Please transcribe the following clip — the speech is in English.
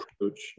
approach